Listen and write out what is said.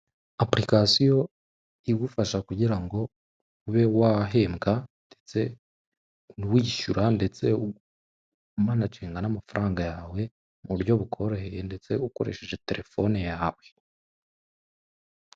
Apurikasiyo igufasha kugira ngo ube wahembwa ndetse wishyura ndetse umanaginga n'amafaranga yawe mu buryo bukoroheye ndetse ukoresheje terefone yawe.